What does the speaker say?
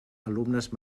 alumnes